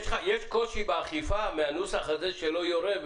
יש קושי באכיפה מהנוסח הזה של "לא יורה",